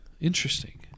Interesting